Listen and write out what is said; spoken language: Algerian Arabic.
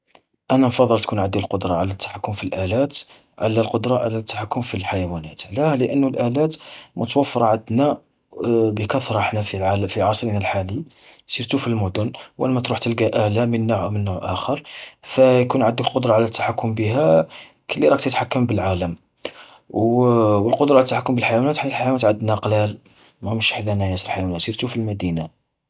أنا نفضل يكون عندي القدرة على التحكم في الآلات، على القدرة على التحكم في الحيوانات. علاه؟ لأنو الآلات متوفرة عدنا بكثرة حنا في العا-في عصرنا الحالي، سيرتو في المدن وين ما تروح تلقا آلة من نوع او من نوع آخر. فيكون يكون عدك القدرة على التحكم بيها، كلي راك تتحكم بالعالم. والقدرة على التحكم بالحيوانات، حنا الحيوانات عدنا قلال مهمش عدنا نايسة ياسر حيوانات سيرتو في المدينة.